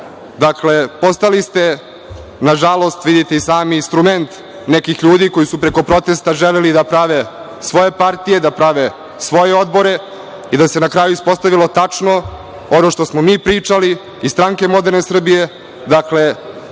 koži. Dakle, postali ste, nažalost, vidite i sami instrument nekih ljudi koji su preko protesta želeli da prave svoje partije, da prave svoje odbore i da se na kraju ispostavilo tačno ono što smo mi pričali, iz Stranke moderne Srbije, dakle,